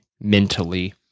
mentally